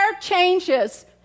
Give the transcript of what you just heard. changes